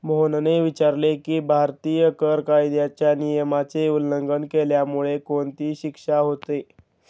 मोहनने विचारले की, भारतीय कर कायद्याच्या नियमाचे उल्लंघन केल्यामुळे कोणती शिक्षा होते?